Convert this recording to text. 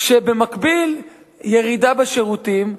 כשבמקביל יש ירידה בשירותים,